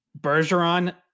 Bergeron